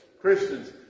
Christians